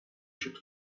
should